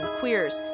queers